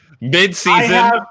mid-season